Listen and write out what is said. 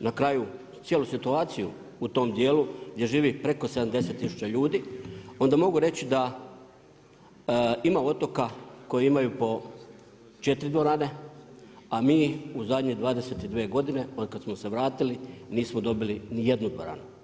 na kraju cijelu situaciju u tom dijelu gdje živi preko 70 tisuća ljudi, onda mogu reći da ima otoka koji imaju po četiri dvorena, a mi u zadnje 22 godine od kada smo se vratili nismo dobili nijednu dvoranu.